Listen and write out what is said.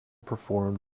performed